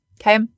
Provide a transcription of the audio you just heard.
okay